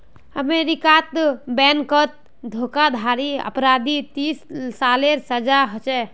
अमेरीकात बैनकोत धोकाधाड़ी अपराधी तीस सालेर सजा होछे